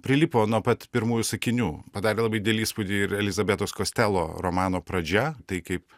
prilipo nuo pat pirmųjų sakinių padarė labai dilį įspūdį ir elizabetos kostelo romano pradžia tai kaip